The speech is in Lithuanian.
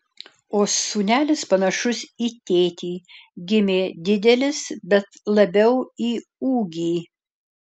o sūnelis panašus į tėtį gimė didelis bet labiau į ūgį